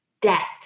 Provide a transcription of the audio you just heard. death